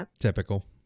typical